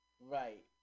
Right